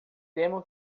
temo